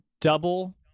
double